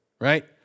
right